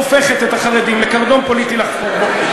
הופכת את החרדים לקרדום פוליטי לחפור בו,